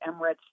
Emirates